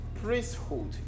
Priesthood